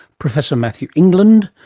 professor matthew england,